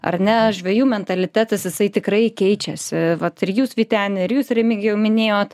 ar ne žvejų mentalitetas jisai tikrai keičiasi vat ir jūs vyteni ar jūs remigijau minėjot